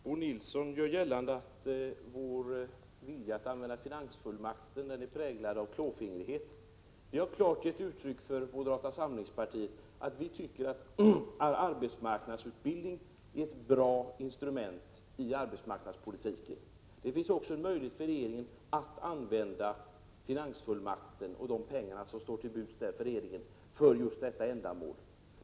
Herr talman! Bo Nilsson gör gällande att vår vilja att använda finansfullmakten är präglad av klåfingrighet. Moderata samlingspartiet har klart gett uttryck för att man tycker att arbetsmarknadsutbildning är ett bra instrument i arbetsmarknadspolitiken. Det finns också en möjlighet för regeringen att använda finansfullmakten och de pengar som står till buds för just detta ändamål.